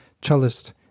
cellist